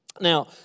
Now